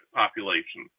population